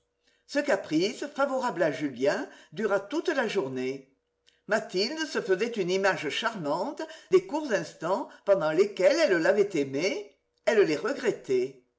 ce caprice favorable à julien dura toute la journée mathilde se faisait une image charmante des courts instants pendant lesquels elle l'avait aimé elle les regrettait